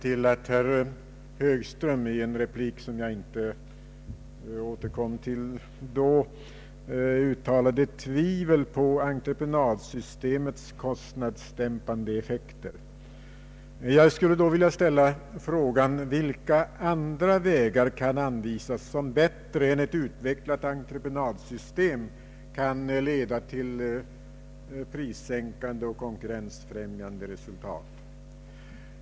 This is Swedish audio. I en replik, som jag inte tidigare återkommit till, uttalade herr Högström tvivel på entreprenadsystemets kostnadsdämpande effekter. Jag skulle vilja ställa frågan: Vilka andra vägar kan anvisas som bättre än ett utvecklat entreprenadsystem kan leda till prissänkande och konkurrensfrämjande resultat?